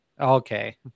Okay